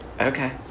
Okay